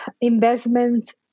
investments